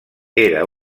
era